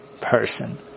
person